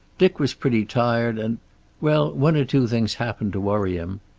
dick was pretty tired and well, one or two things happened to worry him.